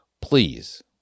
please